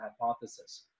hypothesis